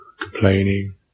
complaining